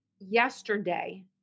yesterday